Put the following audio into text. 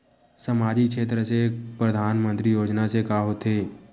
सामजिक क्षेत्र से परधानमंतरी योजना से का होथे?